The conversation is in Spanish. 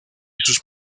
sus